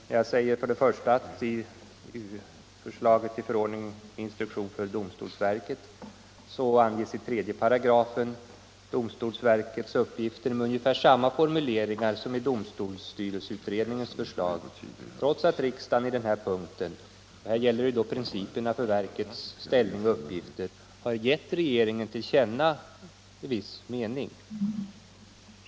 För det första anges i 3 § i förslaget till förordning med instruktion för domstolsverket verkets uppgifter med ungefär samma formuleringar som i domstolsstyrelseutredningens förslag, trots att riksdagen när det gäller principerna för verkets ställning och uppgifter har givit regeringen till känna viss mening.